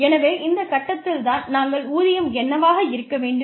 எனவே இந்த கட்டத்தில் தான் நாங்கள் ஊதியம் என்னவாக இருக்க வேண்டும்